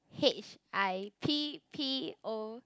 H I P P O